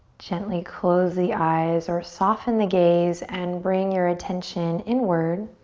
gently close the eyes or soften the gaze and bring your attention inward.